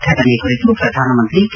ಘಟನೆಯ ಕುರಿತು ಪ್ರಧಾನಮಂತ್ರಿ ಕೆ